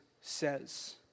says